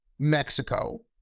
Mexico